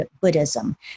Buddhism